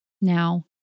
Now